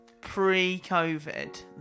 pre-COVID